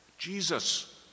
Jesus